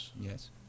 Yes